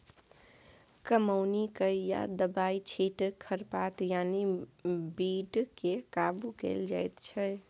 कमौनी कए या दबाइ छीट खरपात यानी बीड केँ काबु कएल जाइत छै